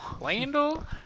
Lando